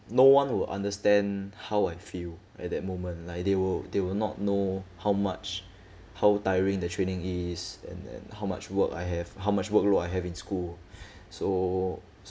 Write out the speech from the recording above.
no one will understand how I feel at that moment like they will they will not know how much how tiring the training is and then how much work I have how much work load I have in school so